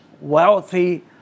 wealthy